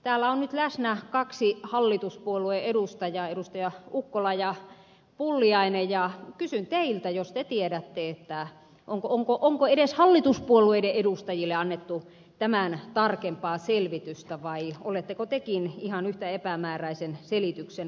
täällä on nyt läsnä kaksi hallituspuolueiden edustajaa edustajat ukkola ja pulliainen ja kysyn teiltä jos te tiedätte onko edes hallituspuolueiden edustajille annettu tämän tarkempaa selvitystä vai oletteko tekin ihan yhtä epämääräisen selityksen varassa